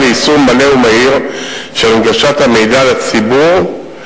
ליישום מלא ומהיר של הנגשת המידע לציבור,